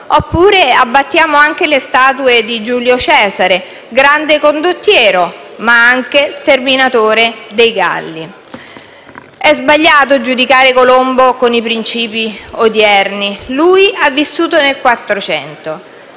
Oppure abbattiamo anche le statue di Giulio Cesare, grande condottiero, ma anche sterminatore dei Galli. È sbagliato giudicare Colombo con i principi odierni, essendo vissuto nel 1400 e,